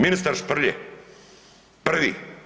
Ministar Šprlje, prvi.